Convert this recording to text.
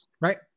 Right